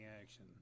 action